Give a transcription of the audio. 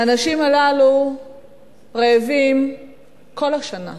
האנשים הללו רעבים כל השנה,